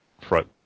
front